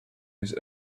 his